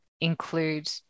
include